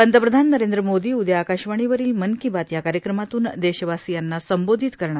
पंतप्रधान नरेंद्र मोदी उद्या आकाशवणीवरील मन की बात या कार्यक्रमातून देशवासियांना संबोधित करणार